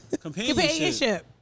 companionship